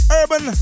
urban